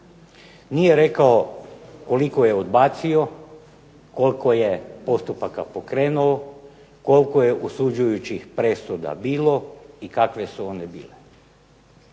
Nije rekao koliko je odbacio, koliko je postupaka pokrenuo, koliko je osuđujućih presuda bilo i kakve su one bile.